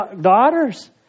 daughters